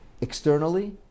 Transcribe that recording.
externally